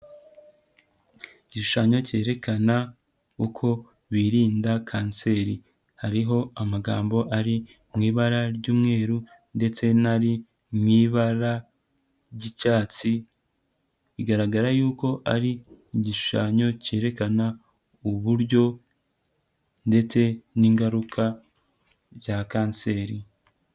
Igishushanya cyerekana uko birinda kanseri, hariho amagambo ari mu ibara ry'umweru ndetse n'ari mu ibara ry'icyatsi bigaragara yuko ari igishushanyo cyerekana uburyo ndetse n'ingaruka bya kanseri.